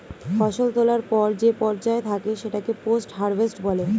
ফসল তোলার পর যে পর্যায় থাকে সেটাকে পোস্ট হারভেস্ট বলে